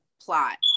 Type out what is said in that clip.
plot